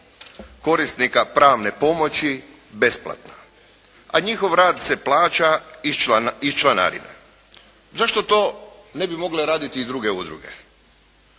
korisnika pravne pomoći besplatna, a njihov rad se plaća iz članarine. Zašto to ne bi mogle raditi i druge udruge?